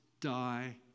die